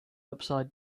upside